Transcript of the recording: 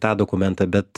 tą dokumentą bet